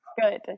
Good